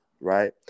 right